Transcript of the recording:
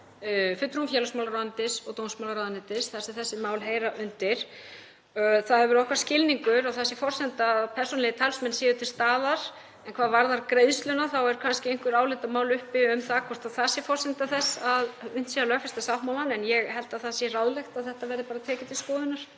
fulltrúum félagsmálaráðuneytis og dómsmálaráðuneytis, sem þessi mál heyra undir. Það hefur verið okkar skilningur að það sé forsenda að persónulegir talsmenn séu til staðar en hvað varðar greiðsluna þá eru kannski einhver álitamál uppi um það hvort það sé forsenda þess að unnt sé að lögfesta sáttmálann. En ég held að það sé ráðlegt að þetta verði tekið til skoðunar